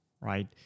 right